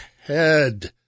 head